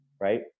right